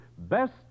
Best